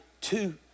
two